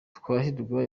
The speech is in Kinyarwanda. twahirwa